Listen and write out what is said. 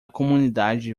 comunidade